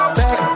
back